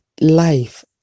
life